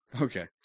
Okay